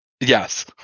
Yes